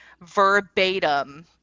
verbatim